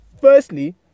Firstly